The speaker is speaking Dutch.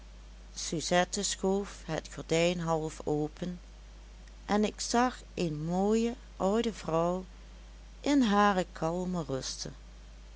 suzette schoof het gordijn half open en ik zag een mooie oude vrouw in hare kalme ruste